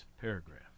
paragraph